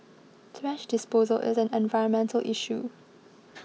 thrash disposal is an environmental issue